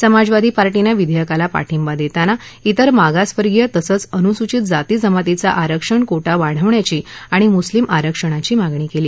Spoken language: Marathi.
समाजवादी पार्टीनं विधेयकाला पाठिंबा देताना विर मागासवर्गीय तसंच अनुसूचित जाती जमातीचा आरक्षण कोटा वाढवण्याची आणि मुस्लीम आरक्षणाची मागणी केली